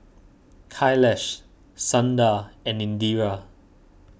Kailash Sundar and Indira